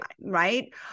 right